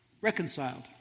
reconciled